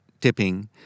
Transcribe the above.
tipping